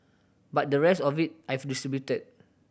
but the rest of it I've distributed